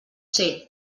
ser